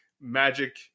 Magic